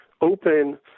open